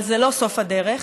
אבל זה לא סוף הדרך.